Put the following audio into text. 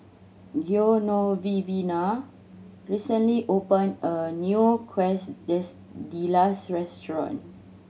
Genoveva recently opened a new Quesadillas restaurant